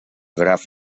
graf